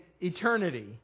eternity